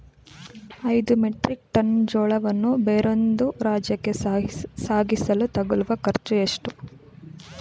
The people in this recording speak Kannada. ಐದು ಮೆಟ್ರಿಕ್ ಟನ್ ಜೋಳವನ್ನು ಬೇರೊಂದು ರಾಜ್ಯಕ್ಕೆ ಸಾಗಿಸಲು ತಗಲುವ ಖರ್ಚು ಎಷ್ಟು?